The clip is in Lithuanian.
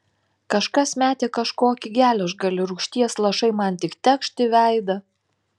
kažkas metė kažkokį geležgalį rūgšties lašai man tik tekšt į veidą